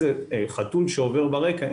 חתול שעובר ברקע,